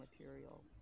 material